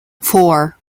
four